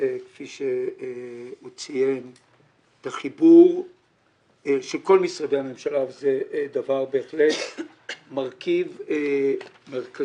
כפי שהוא ציין זה חיבור של כל משרדי הממשלה וזה בהחלט מרכיב מרכזי